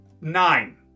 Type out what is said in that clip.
Nine